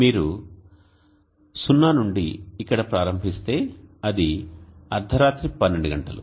మీరు 0 నుండి ఇక్కడ ప్రారంభిస్తే అది అర్ధరాత్రి 12 గంటలు